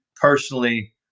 Personally